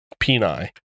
peni